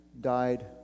died